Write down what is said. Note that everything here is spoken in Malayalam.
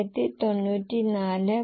303 ആണ്